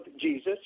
Jesus